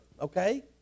okay